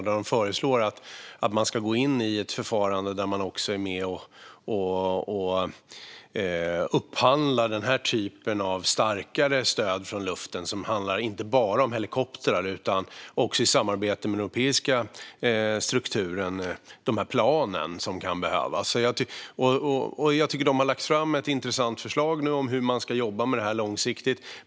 De föreslår att man ska gå in i ett förfarande där man också är med och upphandlar denna typ av starkare stöd från luften som inte bara handlar om helikoptrar utan också, i samarbete med den europeiska strukturen, om de plan som kan behövas. Jag tycker att de har lagt fram ett intressant förslag om hur man ska jobba med detta långsiktigt.